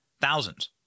Thousands